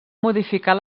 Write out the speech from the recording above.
modificar